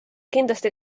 kindlasti